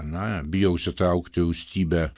na bijo užsitraukti rūstybę